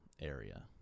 area